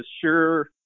sure